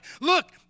look